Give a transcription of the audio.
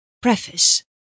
Preface